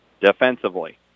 defensively